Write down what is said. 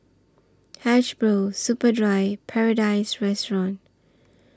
Hasbro Superdry Paradise Restaurant